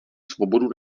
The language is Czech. svobodu